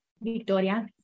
victoria